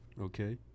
okay